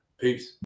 Peace